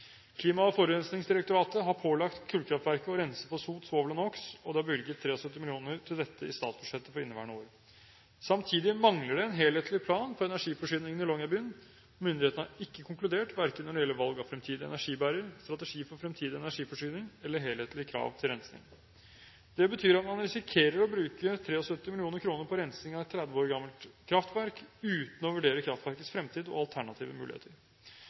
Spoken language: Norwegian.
Klima- og forurensningsdirektoratet har pålagt kullkraftverket å rense for sot, svovel og NOx, og det er bevilget 73 mill. kr til dette i statsbudsjettet for inneværende år. Samtidig mangler det en helhetlig plan for energiforsyningen i Longyearbyen. Myndighetene har ikke konkludert verken når det gjelder valg av fremtidig energibærer, strategi for fremtidig energiforsyning eller helhetlige krav til rensing. Det betyr at man risikerer å bruke 73 mill. kr på rensing av et 30 år gammelt kraftverk uten å vurdere kraftverkets fremtid og alternative muligheter.